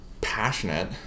passionate